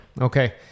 Okay